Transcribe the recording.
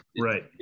right